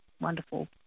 wonderful